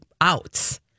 outs